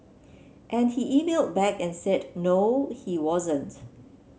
and he emailed back and said no he wasn't